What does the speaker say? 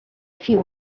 few